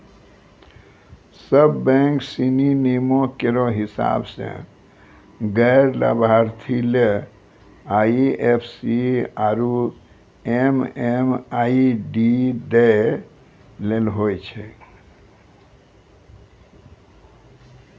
सब बैंक सिनी नियमो केरो हिसाब सें गैर लाभार्थी ले आई एफ सी आरु एम.एम.आई.डी दै ल होय छै